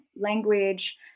language